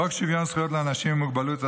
חוק שוויון זכויות לאנשים עם מוגבלות,